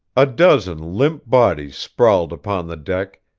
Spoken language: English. a dozen limp bodies sprawled upon the deck,